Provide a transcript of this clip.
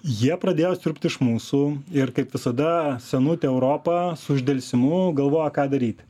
jie pradėjo siurbti iš mūsų ir kaip visada senutė europa su uždelsimu galvojo ką daryti